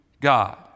God